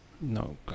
No